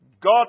God